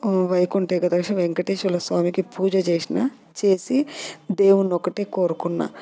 వైకుంఠ ఏకాదశి వేంకటేశ్వర స్వామికి పూజ చేసిన చేసి దేవుని ఒకటే కోరుకున్న